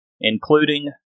including